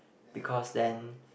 because then